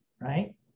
right